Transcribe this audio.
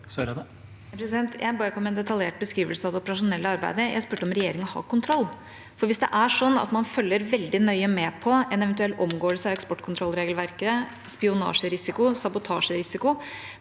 ikke om en detaljert beskrivelse av det operasjonelle arbeidet. Jeg spurte om regjeringa har kontroll. For hvis det er sånn at man følger veldig nøye med på en eventuell omgåelse av eksportkontrollregelverket, spionasjerisiko og sabotasjerisiko,